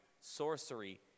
sorcery